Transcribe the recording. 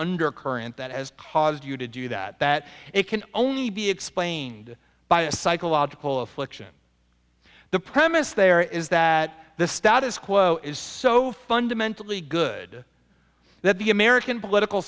undercurrent that has caused you to do that that it can only be explained by a psychological affliction the premise there is that the status quo is so fundamentally good that the american political